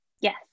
Yes